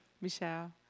Michelle